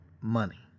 money